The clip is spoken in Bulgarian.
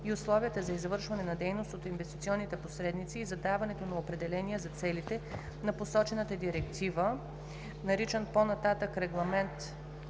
и условията за извършване на дейност от инвестиционните посредници и за даването на определения за целите на посочената директива (OB, L 86/1 от 31 март